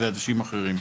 ואנשים אחרים.